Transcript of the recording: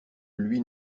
lui